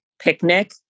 picnic